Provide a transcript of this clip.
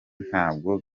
ntabwo